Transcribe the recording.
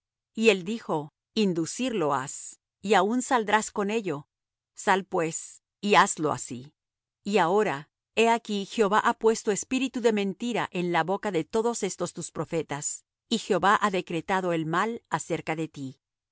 y él dijo inducirlo has y aun saldrás con ello sal pues y hazlo así y ahora he aquí jehová ha puesto espíritu de mentira en la boca de todos estos tus profetas y jehová ha decretado el mal acerca de ti